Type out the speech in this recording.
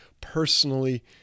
personally